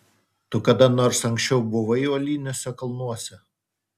tu kada nors anksčiau buvai uoliniuose kalnuose